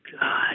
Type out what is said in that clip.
God